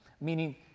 meaning